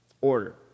order